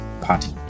Party